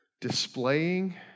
displaying